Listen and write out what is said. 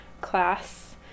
class